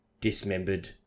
dismembered